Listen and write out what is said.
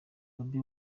bobi